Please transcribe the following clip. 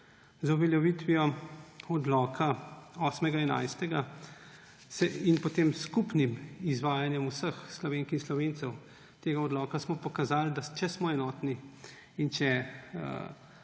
z uveljavitvijo odloka 8. 11. in potem skupnim izvajanjem vseh Slovenk in Slovencev tega odloka smo pokazali, da če smo enotni, in če